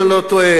אם אני לא טועה,